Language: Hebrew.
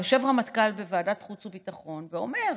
יושב רמטכ"ל בוועדת החוץ והביטחון ואומר: